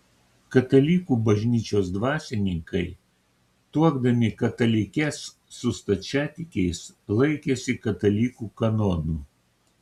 katalikų bažnyčios dvasininkai tuokdami katalikes su stačiatikiais laikėsi katalikų kanonų